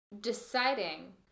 deciding